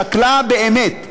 שקלה באמת,